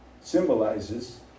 symbolizes